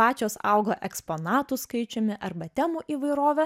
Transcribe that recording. pačios auga eksponatų skaičiumi arba temų įvairove